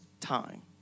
time